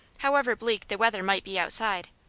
however bleak the weather might be outside.